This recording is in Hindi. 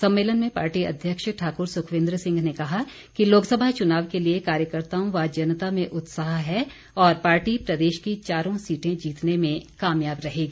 सम्मेलन में पार्टी अध्यक्ष ठाक्र सुखविन्दर सिंह ने कहा कि लोकसभा चुनाव के लिए कार्यकर्ताओं व जनता में उत्साह है और पार्टी प्रदेश की चारों सीटें जीतने में कामयाब रहेगी